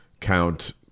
count